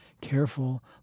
Careful